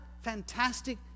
fantastic